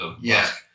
Yes